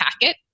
packet